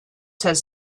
has